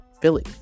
Philly